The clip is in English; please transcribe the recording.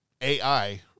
AI